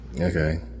Okay